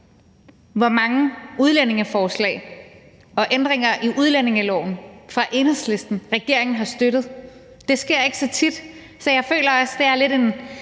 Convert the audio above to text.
hvor mange udlændingeforslag og forslag til ændringer i udlændingeloven fra Enhedslisten regeringen har støttet. Det sker ikke så tit, så jeg føler også lidt, det er en